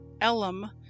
Elam